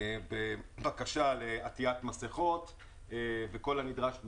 בבקשה לעטיית מסכות וכל הנדרש מהם.